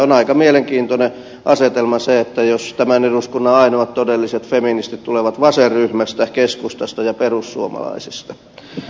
on aika mielenkiintoinen asetelma se jos tämän eduskunnan ainoat todelliset feministit tulevat vasenryhmästä keskustasta ja perussuomalaisista